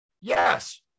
Yes